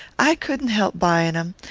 i couldn't help buyin' em.